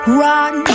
run